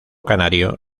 canario